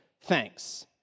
thanks